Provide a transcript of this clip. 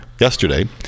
yesterday